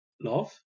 love